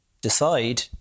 decide